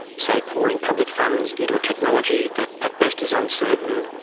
so pouring public funds into a technology that at best is uncertain,